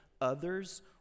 others